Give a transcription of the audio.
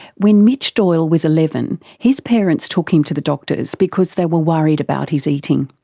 when mitch doyle was eleven his parents took him to the doctor's, because they were worried about his eating.